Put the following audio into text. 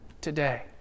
today